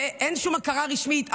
אין שום הכרה רשמית,